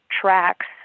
tracks